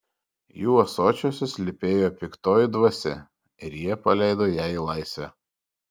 jų ąsočiuose slypėjo piktoji dvasia ir jie paleido ją į laisvę